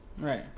Right